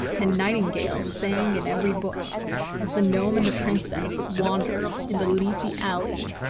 and nightingales sang in every bush as the gnome and the princess wandered in the leafy alleys,